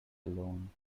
alone